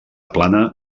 plana